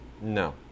No